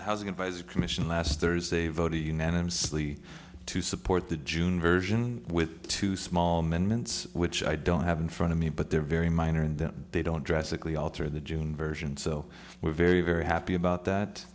housing advisory commission last thursday voted unanimously to support the june version with two small mints which i don't have in front of me but they're very minor and they don't drastically alter the june version so we're very very happy about that